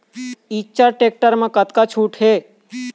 Eicher tractor म कतका छूट हे?